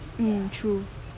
mm true